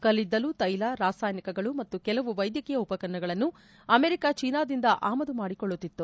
ಕಲ್ತಿದ್ದಲು ತ್ವೆಲ ರಾಸಾಯನಿಕಗಳು ಮತ್ತು ಕೆಲವು ವೈದ್ಯಕೀಯ ಉಪಕರಣಗಳನ್ನು ಅಮೆರಿಕ ಚೀನಾದಿಂದ ಆಮದು ಮಾಡಿಕೊಳ್ಳುತ್ತಿತ್ತು